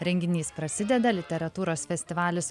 renginys prasideda literatūros festivalis